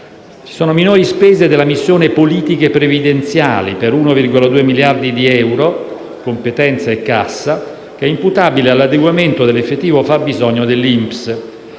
inoltre minori spese della missione «Politiche previdenziali» per 1,2 miliardi di euro (competenza e cassa), imputabili all'adeguamento dell'effettivo fabbisogno dell'INPS.